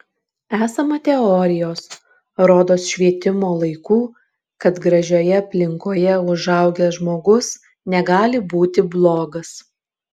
esama teorijos rodos švietimo laikų kad gražioje aplinkoje užaugęs žmogus negali būti blogas